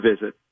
visit